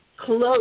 close